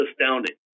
astounding